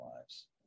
lives